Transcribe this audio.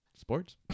Sports